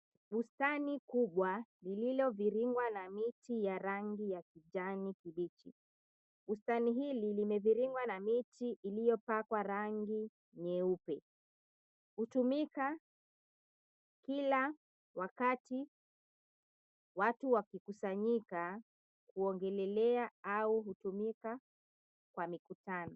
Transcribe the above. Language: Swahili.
Bustani kubwa lililoviringwa na miti ya rangi ya kijani kibichi. Bustani hili limeviringwa na miti iliyopakwa rangi nyeupe, hutumika kila wakati watu wakikusanyika kuongelelea au kutumika kwa mikutano.